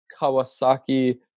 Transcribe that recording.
Kawasaki